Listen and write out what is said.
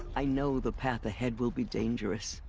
i know the path ahead will be dangerous.